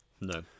no